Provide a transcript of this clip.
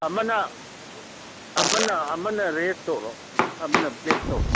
ꯑꯃꯅ ꯑꯃꯅ ꯔꯦꯗ ꯇꯧꯔꯛꯑꯣ ꯑꯃꯅ ꯕ꯭ꯂꯦꯛ ꯇꯧꯔꯛꯑꯣ